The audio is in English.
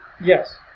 Yes